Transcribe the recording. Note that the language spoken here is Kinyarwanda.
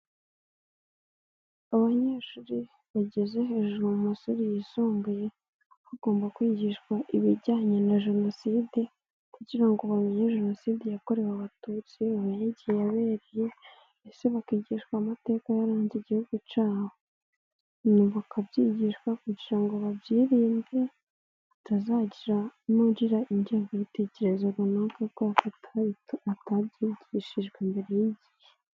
Abanyeshuri bageze hejuru mu mashuri yisumbuye, bagomba kwigishwa ibijyanye na Jenoside, kugira ngo bamenye Jenoside yakorewe Abatutsi, bamenye igihe yabereye, mbese bakigishwa amateka yaranze Igihugu cyabo. Bakabyigishwa kugira ngo babyirinde hatazagira n'ugira ingengabitekerezo runaka kubera ko atabyigishijwe mbere y'igihe.